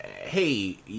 Hey